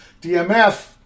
DMF